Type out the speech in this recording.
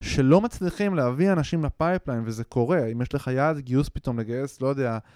שלא מצליחים להביא אנשים לפייפליין, וזה קורה, אם יש לך יעד גיוס פתאום לגייס, לא יודע...